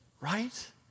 right